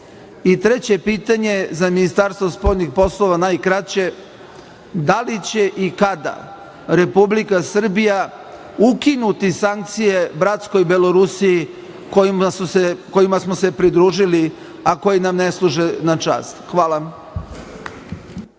pitanje je za Ministarstvo spoljnih poslova, najkraće. Da li će i kada Republika Srbija ukinuti sankcije bratskoj Belorusiji, kojima smo se pridružili, a koji nam ne služe na čast? Hvala.